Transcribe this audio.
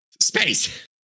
Space